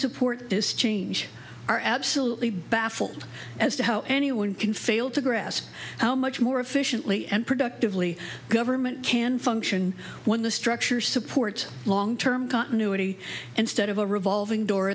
support this change are absolutely baffled as to how anyone can fail to grasp how much more efficiently and productively government can function when the structure support long term continuity and start of a revolving door